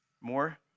More